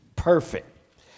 Perfect